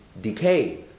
decay